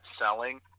selling